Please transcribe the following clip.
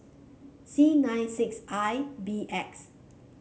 C nine six I B X